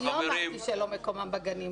אני לא אמרתי שלא מקומם בגנים.